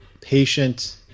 patient